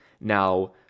now